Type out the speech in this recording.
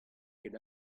ket